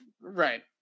Right